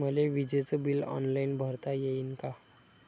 मले विजेच bill online भरता येईन का?